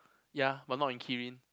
ya but not in Kirin